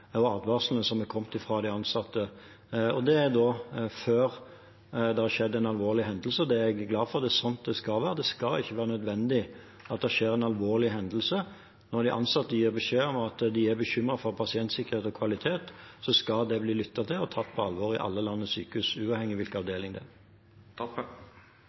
og advarslene som er kommet fra de ansatte. Det er før det har skjedd en alvorlig hendelse, og det er jeg glad for. Det er sånn det skal være, det skal ikke være nødvendig at det skjer en alvorlig hendelse. Når de ansatte gir beskjed om at de er bekymret for pasientsikkerhet og kvalitet, skal det blir lyttet til og tatt på alvor i alle landets sykehus, uavhengig